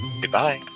Goodbye